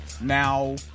Now